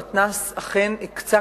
המתנ"ס אכן הקצה,